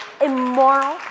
immoral